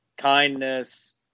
kindness